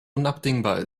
unabdingbar